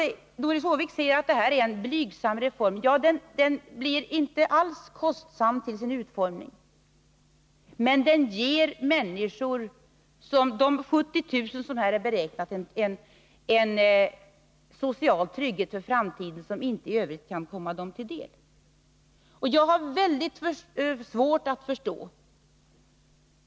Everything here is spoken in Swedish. Doris Håvik säger att detta är en blygsam reform. Ja, i sin utformning blir den inte alls kostsam, men den ger de 70 000 människor som beräknas få del av den en social trygghet för framtiden — en trygghet som i övrigt inte kan komma dem till del.